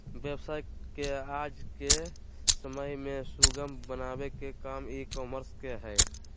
व्यवसाय के आज के समय में सुगम बनावे के काम ई कॉमर्स के हय